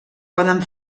poden